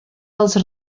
els